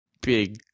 big